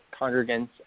congregants